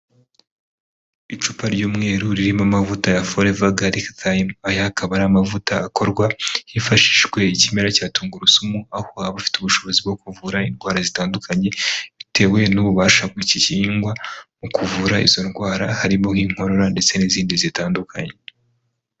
Icupa ry'umweru ririmo amavuta ya Forever Garlic Thyme aya akaba ari amavuta akorwa hifashishijwe ikimera cya tungurusumu, aho aba afite ubushobozi bwo kuvura indwara zitandukanye bitewe n'ububasha bw'iki gihingwa mu kuvura izo ndwara harimo nk'inkorora ndetse n'izindi zitandukanye.